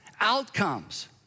outcomes